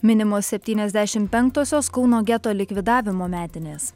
minimos septyniasdešim penktosios kauno geto likvidavimo metinės